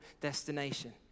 destination